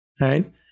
Right